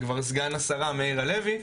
סגן השרה מאיר הלוי,